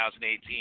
2018